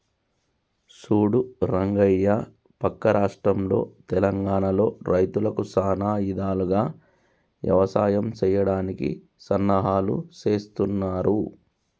సూడు రంగయ్య పక్క రాష్ట్రంలో తెలంగానలో రైతులకు సానా ఇధాలుగా యవసాయం సెయ్యడానికి సన్నాహాలు సేస్తున్నారు